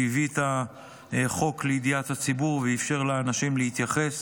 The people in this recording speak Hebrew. שהביא את חוק לידיעת הציבור ואפשר לאנשים להתייחס.